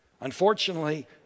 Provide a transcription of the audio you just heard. Unfortunately